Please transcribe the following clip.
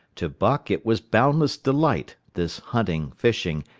to buck it was boundless delight, this hunting, fishing,